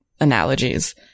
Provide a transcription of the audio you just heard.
analogies